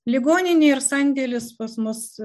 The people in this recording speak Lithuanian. ligoninė ir sandėlis pas mus